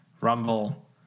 Rumble